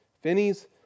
Finney's